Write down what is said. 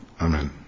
Amen